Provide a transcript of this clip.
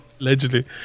Allegedly